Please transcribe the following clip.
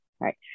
right